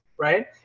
Right